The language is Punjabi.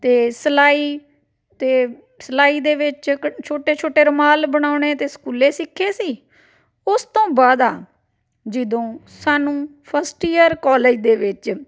ਅਤੇ ਸਿਲਾਈ ਅਤੇ ਸਿਲਾਈ ਦੇ ਵਿੱਚ ਕ ਛੋਟੇ ਛੋਟੇ ਰੁਮਾਲ ਬਣਾਉਣੇ ਤਾਂ ਸਕੂਲ ਸਿੱਖੇ ਸੀ ਉਸ ਤੋਂ ਬਾਅਦ ਆ ਜਦੋਂ ਸਾਨੂੰ ਫਸਟ ਈਅਰ ਕੋਲੇਜ ਦੇ ਵਿੱਚ